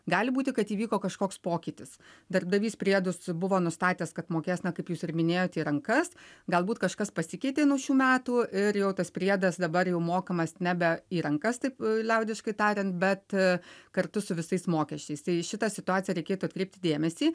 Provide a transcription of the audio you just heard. gali būti kad įvyko kažkoks pokytis darbdavys priedus buvo nustatęs kad mokės na kaip jūs ir minėjote į rankas galbūt kažkas pasikeitė nuo šių metų ir jau tas priedas dabar jau mokamas nebe į rankas taip liaudiškai tariant bet kartu su visais mokesčiais tai į šitą situaciją reikėtų atkreipti dėmesį